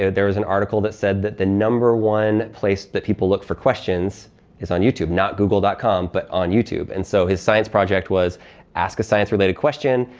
there was an article that said that the number one place that people look for questions is on youtube, not google dot com but on youtube, and so his science project was ask a science related question,